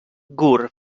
gurb